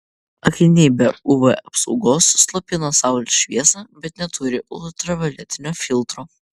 akiniai be uv apsaugos slopina saulės šviesą bet neturi ultravioletinio filtro